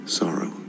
sorrow